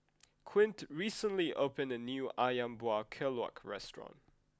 Quint recently opened a new Ayam Buah Keluak restaurant